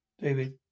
David